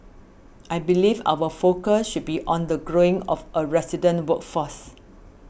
I believe our focus should be on the growing of a resident workforce